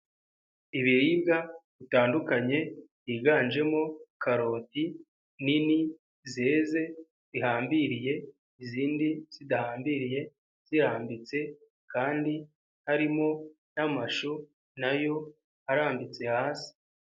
Ibiribwa bitandukanye higanjemo karoti nini zeze zihambiriye izindi zidahambiriye, zirambitse kandi harimo n'amashu na yo arambitse hasi.